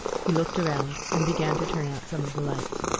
he looked around, and began to turn out some of the lights.